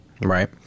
Right